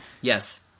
yes